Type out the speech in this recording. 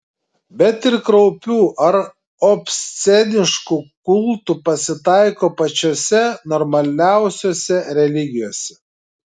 bet ir kraupių ar obsceniškų kultų pasitaiko pačiose normaliausiose religijose